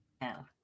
No